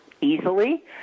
easily